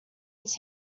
his